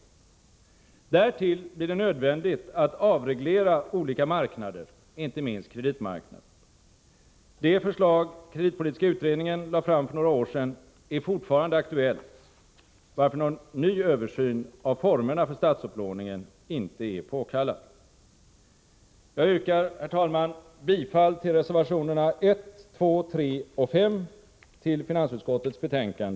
Därtill blir det nödvändigt att avreglera olika marknader, inte minst kreditmarknaden. Det förslag kreditpolitiska utredningen lade fram för några år sedan är fortfarande aktuellt, varför någon ny översyn av formerna för statsupplåningen inte är påkallad.